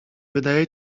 wydaje